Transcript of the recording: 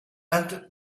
and